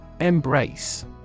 Embrace